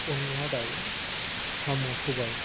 अनला दाउ साम' सबाय